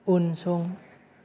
उनसं